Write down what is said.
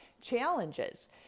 challenges